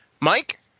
Mike